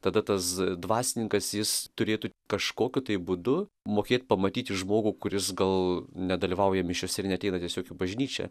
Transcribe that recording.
tada tas dvasininkas jis turėtų kažkokiu tai būdu mokėt pamatyti žmogų kuris gal nedalyvauja mišiose ir neateina tiesiog bažnyčią